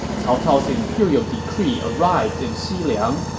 cao cao's imperial decree arrived in xiliang,